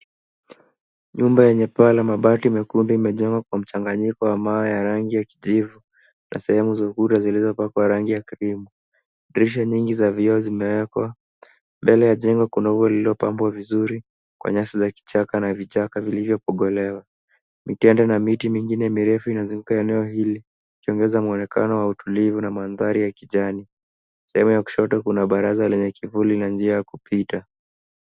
Nyumba yenye paa la mabati mekundu imejengwa kwa mchanganyiko wa mawe ya rangi ya kijivu na sehemu za ukuta zilizopakwa rangi ya krimu . Dirisha nyingi za vioo zimewekwa. Mbele ya jengo kuna ua lililopambwa vizuri kwa nyasi za vichaka vilivyopogolewa. Mitende na miti mingine mirefu inazunguka eneo hili ikiongeza muonekano wa utulivu na mandhari ya kijani. Sehemu ya kushoto kuna baraza lenye kivuli na njia ya kupita.